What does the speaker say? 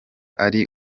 ari